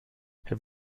have